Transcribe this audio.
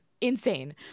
insane